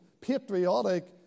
patriotic